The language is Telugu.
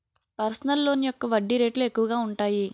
పర్సనల్ లోన్ యొక్క వడ్డీ రేట్లు ఎక్కువగా ఉంటాయి